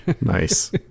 Nice